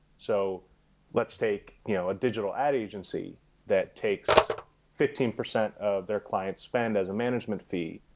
so let's take you know a digital ad agency that takes fifteen percent of their client spend as a management fee.